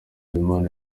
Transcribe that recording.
habimana